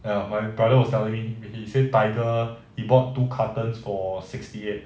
ya my brother was telling me he say Tiger he bought two cartons for sixty eight